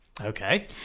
okay